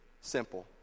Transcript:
simple